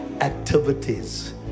activities